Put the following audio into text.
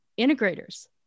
integrators